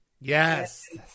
Yes